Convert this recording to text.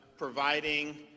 providing